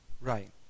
right